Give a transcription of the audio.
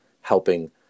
helping